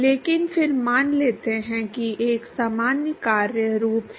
लेकिन फिर मान लेते हैं कि एक सामान्य कार्य रूप है